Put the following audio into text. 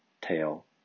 tail